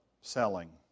selling